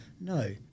no